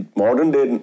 modern-day